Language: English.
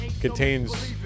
Contains